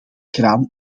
kraan